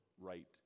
right